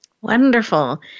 Wonderful